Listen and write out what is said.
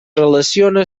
relaciona